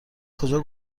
کجا